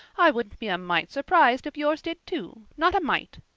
i wouldn't be a mite surprised if yours did, too not a mite.